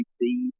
see